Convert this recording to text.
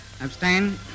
Abstain